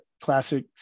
classic